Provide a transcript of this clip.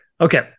Okay